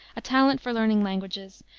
a talent for learning languages,